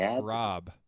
Rob